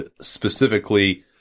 specifically